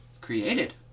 created